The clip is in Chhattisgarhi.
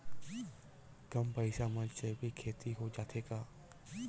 कम पईसा मा जैविक खेती हो जाथे का?